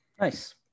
Nice